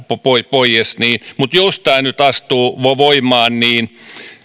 poies mutta jos tämä nyt astuu voimaan niin